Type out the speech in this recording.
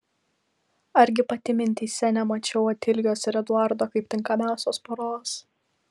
argi pati mintyse nemačiau otilijos ir eduardo kaip tinkamiausios poros